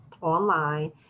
online